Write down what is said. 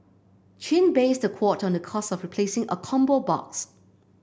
chin based the quote on the cost of replacing a combo box